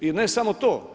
I ne samo to.